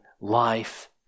life